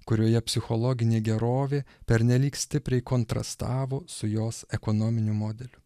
kurioje psichologinė gerovė pernelyg stipriai kontrastavo su jos ekonominiu modeliu